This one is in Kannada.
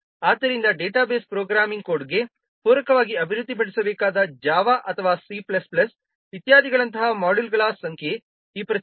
ಆದ್ದರಿಂದ ಡೇಟಾಬೇಸ್ ಪ್ರೋಗ್ರಾಮಿಂಗ್ ಕೋಡ್ಗೆ ಪೂರಕವಾಗಿ ಅಭಿವೃದ್ಧಿಪಡಿಸಬೇಕಾದ ಜಾವಾ ಅಥವಾ ಸಿ ಪ್ಲಸ್ ಪ್ಲಸ್C ಇತ್ಯಾದಿಗಳಂತಹ ಮಾಡ್ಯೂಲ್ಗಳ ಸಂಖ್ಯೆ